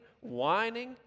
whining